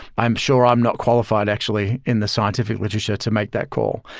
i'm sure i'm not qualified actually in the scientific literature to make that call,